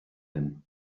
him